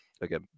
Again